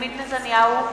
בנימין נתניהו,